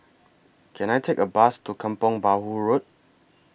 Can I Take A Bus to Kampong Bahru Road